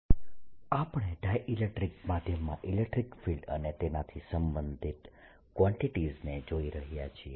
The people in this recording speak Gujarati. ડાયઈલેક્ટ્રીક મટીરીયલ્સની હાજરીમાં ઇલેક્ટ્રોસ્ટેટીક્સ II આપણે ડાયઈલેક્ટ્રીક માધ્યમ માં ઇલેકટ્રીક ફિલ્ડ અને તેનાથી સંબંધિત કવાન્ટીટીઝ ને જોઈ રહ્યા છીએ